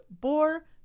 boar